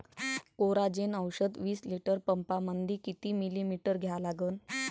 Coragen औषध विस litre पंपामंदी किती मिलीमिटर घ्या लागन?